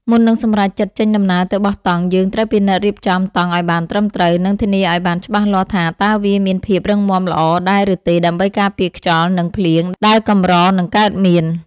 មុននឹងសម្រេចចិត្តចេញដំណើរទៅបោះតង់យើងត្រូវពិនិត្យរៀបចំតង់ឱ្យបានត្រឹមត្រូវ និង ធានាឱ្យបានច្បាស់លាស់ថាតើវាមានសភាពរឹងមាំល្អដែរឬទេដើម្បីការពារខ្យល់ និង ភ្លៀងដែលកម្រនឹងកើតមាន។